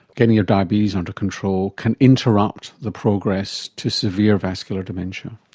getting your diabetes under control can interrupt the progress to severe vascular dementia?